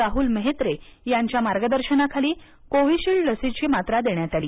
राहल मेहेत्रे यांच्या मार्गदर्शनाखाली कोविशिल्ड लसीची मात्रा देण्यात आली